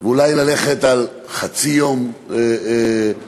ואולי ללכת על חצי יום עבודה,